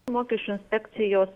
mokesčių inspekcijos